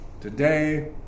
Today